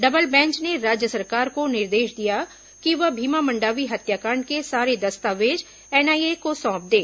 double bench ने राज्य सरकार को निर्देश दिया कि वह भीमा मंडावी हत्याकांड के ं सारे दस्तावेज एनआईए को सौंप दें